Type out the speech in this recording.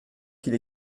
qu’il